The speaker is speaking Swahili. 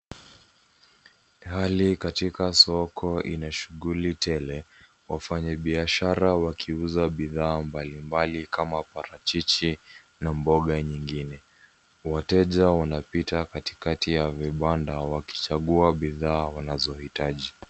Hali katika soko ina shughuli tele. Wafanyabiashara wakiuza bidhaa mbalimbali kama parachichi na mboga nyingine. Wateja wanapita katikati ya bibanda wakichagua bidhaa wanazohitaji.